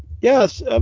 yes